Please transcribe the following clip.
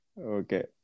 Okay